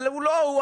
אבל הוא האוצר.